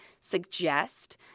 suggest